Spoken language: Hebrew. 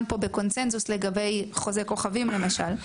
פה בקונצנזוס לגבי חוזי כוכבים למשל.